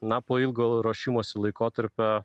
na po ilgo ruošimosi laikotarpio